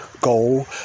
goal